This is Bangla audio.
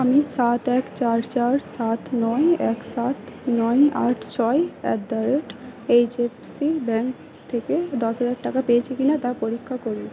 আমি সাত এক চার চার সাত নয় এক সাত নয় আট ছয় at the rate HFC bank থেকে দশ হাজার টাকা পেয়েছি কি না তা পরীক্ষা করুন